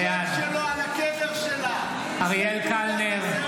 בעד אריאל קלנר,